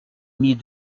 mis